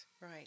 Right